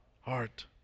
Heart